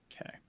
okay